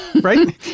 right